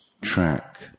track